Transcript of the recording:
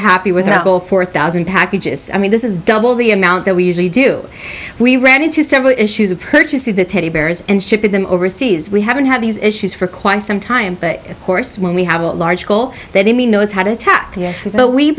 happy with the whole four thousand packages i mean this is double the amount that we usually do we ran into several issues of purchasing the teddy bears and shipping them overseas we haven't had these issues for quite some time but of course when we have a large pool that he knows how to